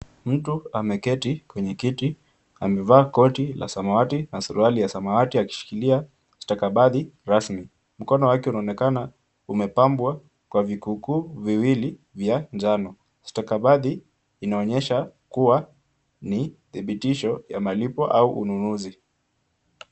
Mtu ameketi kwenye kiti amevaa koti la samawati na suruali ya samawati akishikilia stakabadhi rasmi. Mkono wake unaonekana umepambwa kwa vikukuu viwili vya njano. Stakabadhi inaonyesha kuwa ni dhibitisho ya malipo au ununuzi.